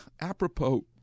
apropos